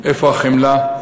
איפה החמלה?